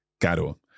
Caro